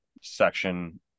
section